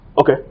Okay